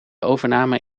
overname